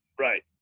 Right